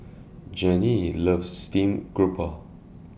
Jeanie loves Steamed Garoupa